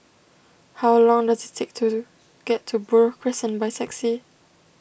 how long does it take to get to Buroh Crescent by taxi